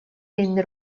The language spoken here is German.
den